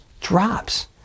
drops